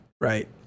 right